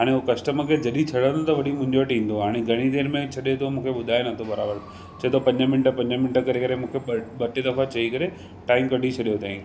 हाणे उहो कस्टमर खे जॾहिं छॾंदो त वरी मूं वटी इंदो हाणे घणी देरि में छॾे थो मूंखे ॿुधाए न थो बराबरि चए थो पंज मिंट पंज मिंट करे करे मूंखे ॿ टे दफ़ा चई करे टाइम कढी छॾियो अथईं